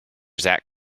zach